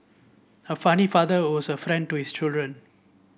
a funny father was a friend to his children